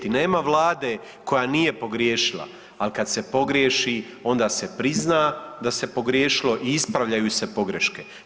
I nema Vlade koja nije pogriješila, ali kad se pogriješi onda se prizna da se pogriješilo i ispravljaju se pogreške.